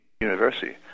university